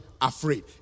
afraid